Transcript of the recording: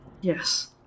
yes